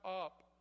up